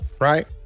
Right